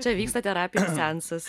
čia vyksta terapijos seansas